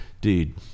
dude